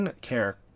care